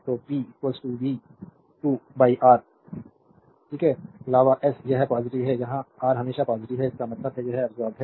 तो P V 2 R अलवा S यह पॉजिटिव है जहां आर हमेशा पॉजिटिव है इसका मतलब है यह अब्सोर्बेद है